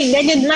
מי נגד?